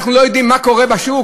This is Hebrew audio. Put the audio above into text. אנחנו לא יודעים מה קורה בשוק?